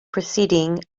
proceeding